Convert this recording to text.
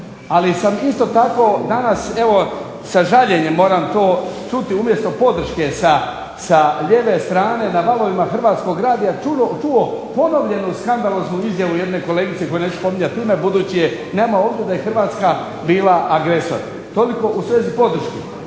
Ali sam isto tako sa žaljenjem moram to čuti umjesto podrške sa lijeve strane, na valovima Hrvatskog radija čuo ponovljenu skandaloznu izjavu jedne kolegice kojoj neću spominjati ime budući je nema ovdje, da je Hrvatska bila agresor. toliko u svezi podrške.